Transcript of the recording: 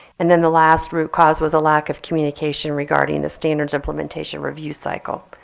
and then the last root cause was a lack of communication regarding the standards implementation review cycle.